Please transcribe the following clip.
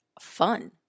fun